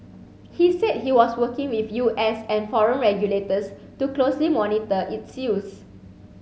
he said he was working with U S and foreign regulators to closely monitor its use